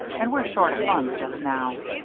and we're short of funds just now.